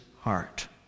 heart